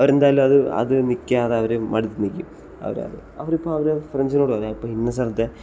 അവരെന്തായാലും അത് അത് നിൽക്കാതെ അവർ മടുത്ത് നിൽക്കും അവർ അവരിപ്പം അവർ ഫ്രണ്ട്സിനോട് തന്നെ ഇപ്പം ഇന്ന സ്ഥലത്തെ